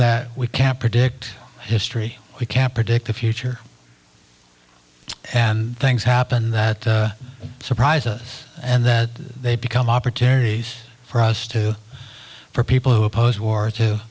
that we can't predict history we can't predict the future and things happen that surprise and then they become opportunities for us to for people who oppose war to